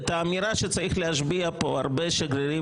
את האמירה שצריך להשביע פה הרבה שגרירים